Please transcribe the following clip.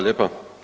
lijepa.